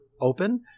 open